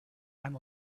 and